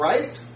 Right